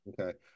Okay